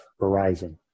Verizon